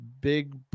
big